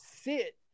sit